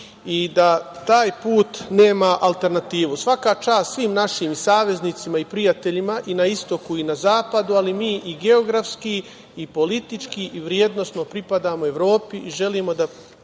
i da taj put nema alternativu. Svaka čast svim našim saveznicima i prijateljima i na Istoku i na Zapadu, ali mi i geografski i politički i vrednosno pripadamo Evropi i želimo da